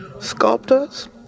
sculptors